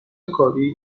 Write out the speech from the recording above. کاری